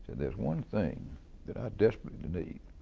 there's one thing that i desperately need